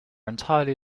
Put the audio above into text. entirely